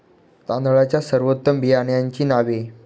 तांदळाच्या सर्वोत्तम बियाण्यांची नावे?